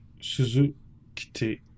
Suzuki